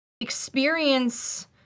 experience